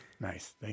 Nice